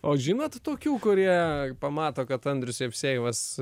o žinote tokių kurie pamato kad andrius jevsejevas